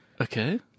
Okay